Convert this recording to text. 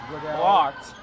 Blocked